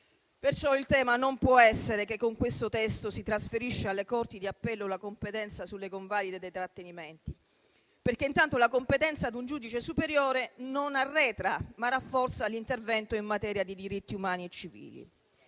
Perciò il tema non può essere che con questo testo si trasferisce alle corti di appello la competenza sulla convalida dei trattenimenti: intanto la competenza ad un giudice superiore non arretra, ma rafforza l'intervento in materia di diritti umani e civili.